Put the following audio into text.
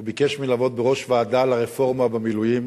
הוא ביקש ממני לעמוד בראש ועדה על הרפורמה במילואים.